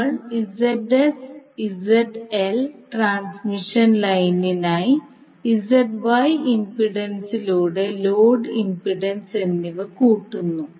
നമ്മൾ Zs Zl transmission ലൈനിനായി ZY ഇംപെഡൻസിലൂടെ ലോഡ് ഇംപെഡൻസ് എന്നിവ കൂട്ടുന്നു